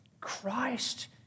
Christ